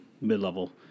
mid-level